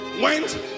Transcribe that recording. went